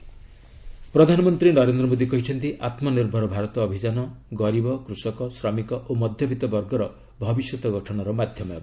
PM Deendayal ପ୍ରଧାନମନ୍ତ୍ରୀ ନରେନ୍ଦ୍ର ମୋଦୀ କହିଚ୍ଚନ୍ତି ଆତ୍ମନିର୍ଭର ଭାରତ ଅଭିଯାନ ଗରିବ କୃଷକ ଶ୍ରମିକ ଓ ମଧ୍ୟବିତ୍ତ ବର୍ଗର ଭବିଷ୍ୟତ ଗଠନର ମାଧ୍ୟମ ହେବ